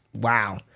Wow